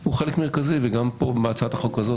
הוא חלק מרכזי וגם כאן בהצעת החוק הזאת